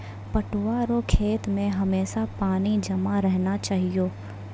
पटुआ रो खेत मे हमेशा पानी जमा रहना चाहिऔ